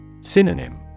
Synonym